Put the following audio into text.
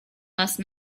last